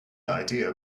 idea